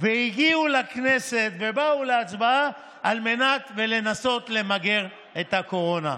והגיעו לכנסת ובאו להצבעה על מנת לנסות למגר את הקורונה.